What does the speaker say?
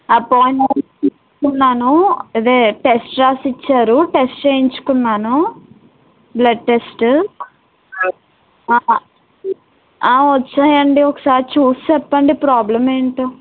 appointment తీసుకున్నాను అదే test రాసిచ్చారు టెస్ట్ చేయించుకున్నాను బ్లడ్ టెస్ట్ వచ్చాయండి ఒకసారి చూసిచెప్పండి ప్రాబ్లెమ్ ఏంటో